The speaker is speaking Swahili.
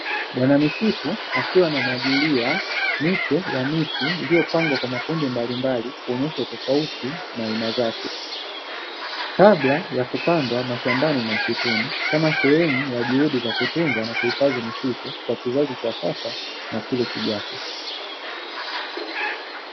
Bwana misitu akiwa anamwagilia miche ya miti iliyopangwa kwa makundi mbalimbali kuonyesha utofauti na aina zake, kabla ya kupandwa mashambani na msituni, kama sehemu ya juhudi za kutunza na kuhifadhi misitu kwa kizazi cha sasa na kile kijacho.